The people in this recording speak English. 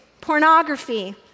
pornography